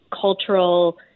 cultural